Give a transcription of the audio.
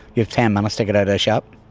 you have ten minutes to get out of the shop.